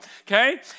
okay